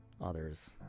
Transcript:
others